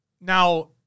Now